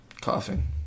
coughing